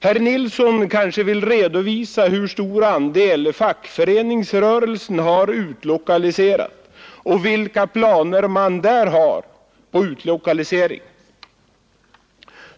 Herr Nilsson kanske vill redovisa hur stor andel fackföreningsrörelsen har utlokaliserat och vilka planer man där har på utlokalisering.